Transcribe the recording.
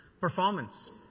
Performance